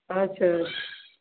अच्छा